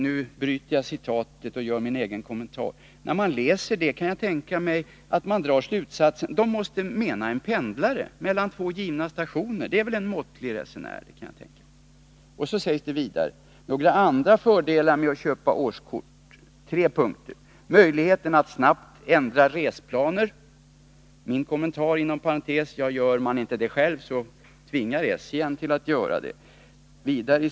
”Årskortet lönar sig snabbt, även för en ganska måttlig resenär.” De som läser detta drar förmodligen slutsatsen att SJ här menar en pendlare mellan två givna stationer. Det är väl ”en måttlig resenär”. Sedan ger man i tre punkter exempel på andra fördelar med att köpa årskort, varav den första sägs vara: ”Möjligheten att snabbt ändra resplaner.” — Min kommentar är att man ibland inte har något val, utan SJ tvingar en att ändra resplanerna.